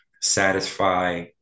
satisfy